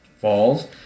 Falls